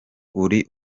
uri